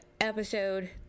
episode